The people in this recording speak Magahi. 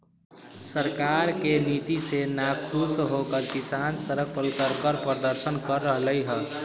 सरकार के नीति से नाखुश होकर किसान सड़क पर उतरकर प्रदर्शन कर रहले है